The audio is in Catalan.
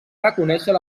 reconèixer